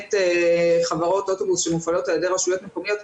למעט חברות אוטובוס שמופעלות על ידי רשויות מקומיות,